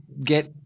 get